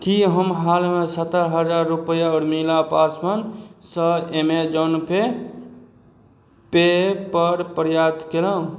की हम हालमे सत्तर हजार रुपैआ रुपैआ उर्मिला पासवानसँ ऐमेजॉन पे पे पर प्राप्त कयलहुँ